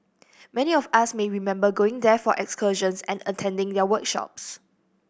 many of us may remember going there for excursions and attending their workshops